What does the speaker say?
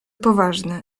poważne